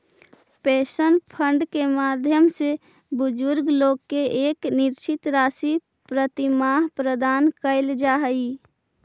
pension fund के माध्यम से बुजुर्ग लोग के एक निश्चित राशि प्रतिमाह प्रदान कैल जा हई